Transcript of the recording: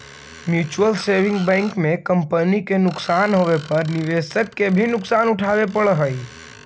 mutual saving bank में company के नुकसान होवे पर निवेशक के भी नुकसान उठावे पड़ऽ हइ